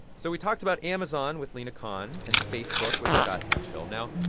so we talked about amazon with lina khan and facebook with scott hemphill. now,